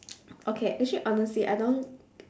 okay actually honestly I don't